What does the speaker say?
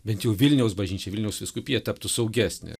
bent jau vilniaus bažnyčia vilniaus vyskupija taptų saugesnė